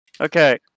okay